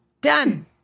Done